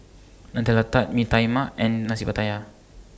Nutella Tart Mee Tai Mak and Nasi Pattaya